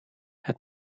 het